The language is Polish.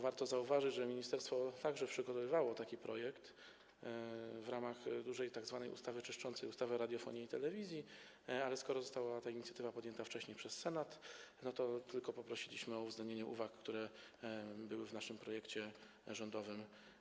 Warto zauważyć, że ministerstwo także przygotowywało taki projekt w ramach tzw. dużej ustawy czyszczącej, ustawy o radiofonii i telewizji, ale skoro ta inicjatywa została podjęta wcześniej przez Senat, to tylko poprosiliśmy o uwzględnienie uwag, które były zawarte w naszym projekcie rządowym.